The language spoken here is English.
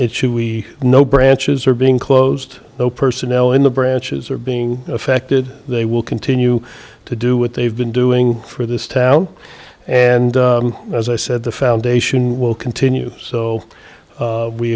should we know branches are being closed though personnel in the branches are being affected they will continue to do what they've been doing for this town and as i said the foundation will continue so